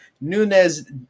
Nunez